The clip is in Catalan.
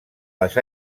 les